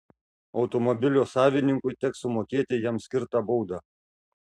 automobilio savininkui teks sumokėti jam skirtą baudą